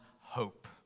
hope